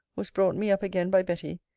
was brought me up again by betty,